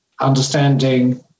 understanding